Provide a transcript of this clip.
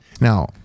Now